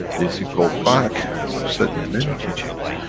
if you go back, as i've said in many teachings,